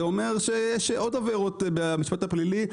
זה אומר שיש עוד עבירות במשפט הפלילי,